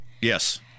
Yes